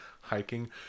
hiking